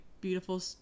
beautiful